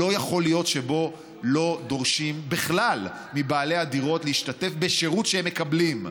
לא יכול להיות שלא דורשים בכלל מבעלי הדירות להשתתף בשירות שהם מקבלים.